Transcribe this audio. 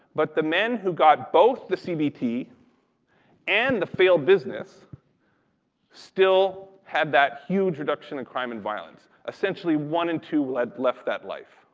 but the men who got both the cbt and the failed business still had that huge reduction in crime and violence. essentially, one in two left that life,